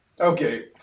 Okay